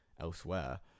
elsewhere